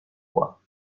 foi